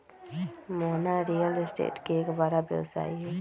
Mohana real state के एक बड़ा व्यवसायी हई